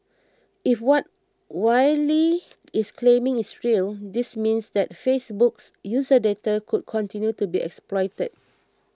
if what Wylie is claiming is real this means that Facebook's user data could continue to be exploited